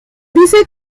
dice